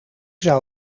zou